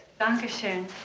Dankeschön